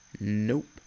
Nope